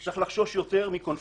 אני יכול להעלות על הדעת שר ביצועיסט